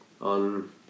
on